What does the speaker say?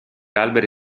alberi